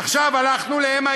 עכשיו הלכנו ל-IT,